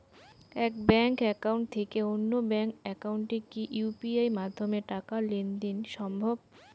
এক bank account থেকে অন্য ব্যাংক একাউন্টে কি ইউ.পি.আই মাধ্যমে টাকার লেনদেন দেন সম্ভব?